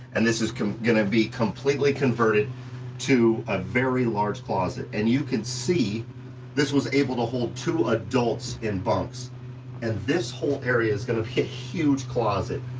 and this is gonna be completely converted to a very large closet. and you can see this was able to hold two adults in bunks and this whole area is going to be a huge closet.